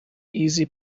easy